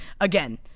again